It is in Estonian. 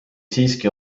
siiski